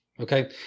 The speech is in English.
Okay